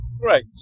Great